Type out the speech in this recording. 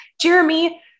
Jeremy